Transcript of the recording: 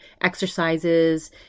exercises